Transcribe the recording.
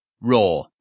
RAW